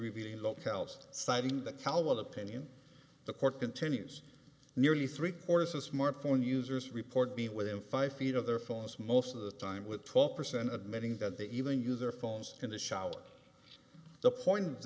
revealing locales citing that cowell opinion the court continues nearly three quarters a smartphone users report being within five feet of their phones most of the time with twelve percent admitting that they even use their phones in the shower the point is